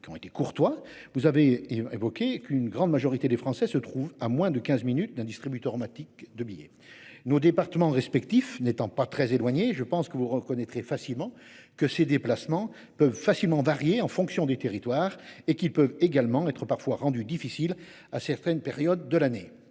qui ont été courtois. Vous avez évoqué qu'une grande majorité des Français se trouve à moins de 15 minutes d'un distributeur Matic de billets nos départements respectifs n'étant pas très éloigné, je pense que vous reconnaîtrez facilement que ses déplacements peuvent facilement varier en fonction des territoires et qui peut également être parfois rendues difficiles à certaines périodes de l'année.